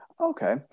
Okay